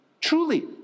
Truly